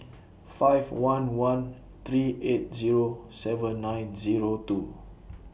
five one one three eight Zero seven nine Zero two